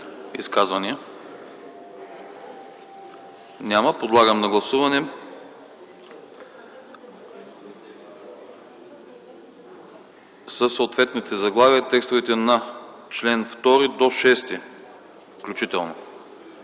Изказвания? Няма. Подлагам на гласуване със съответните заглавия текстовете от членове 2 до 6 включително,